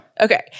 Okay